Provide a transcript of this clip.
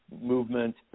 movement